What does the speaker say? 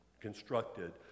constructed